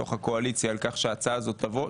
בתוך הקואליציה על כך שההצעה הזו תבוא.